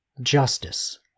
justice